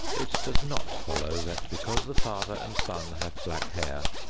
it does not follow that because the father and son have black hair,